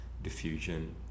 Diffusion